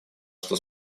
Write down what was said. что